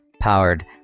powered